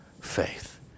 faith